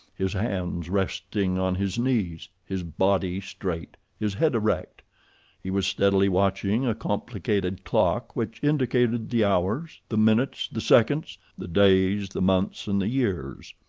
his hands resting on his knees, his body straight, his head erect he was steadily watching a complicated clock which indicated the hours, the minutes, the seconds, the days, the months, and the years.